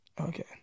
Okay